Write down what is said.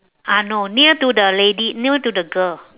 ah no near to the lady near to the girl